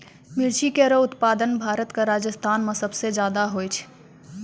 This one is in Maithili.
मिर्ची केरो उत्पादन भारत क राजस्थान म सबसे जादा होय छै